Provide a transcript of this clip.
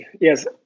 yes